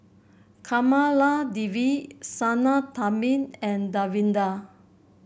Kamaladevi Sinnathamby and Davinder